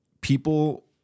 people